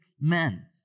men